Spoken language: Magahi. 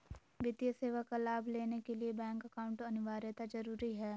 वित्तीय सेवा का लाभ लेने के लिए बैंक अकाउंट अनिवार्यता जरूरी है?